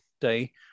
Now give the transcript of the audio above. day